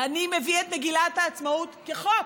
אני מביא את מגילת העצמאות כחוק.